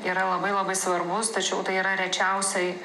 yra labai labai svarbus tačiau tai yra rečiausiai